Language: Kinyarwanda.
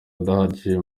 adahagije